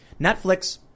Netflix